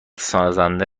سازنده